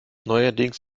neuerdings